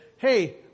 Hey